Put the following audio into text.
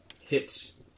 hits